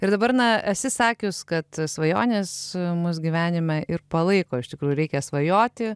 ir dabar na esi sakius kad svajonės mus gyvenime ir palaiko iš tikrųjų reikia svajoti